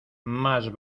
más